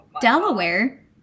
Delaware